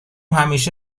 همیشه